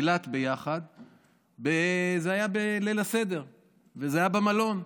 זה היה בליל הסדר וזה היה במלון.